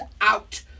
out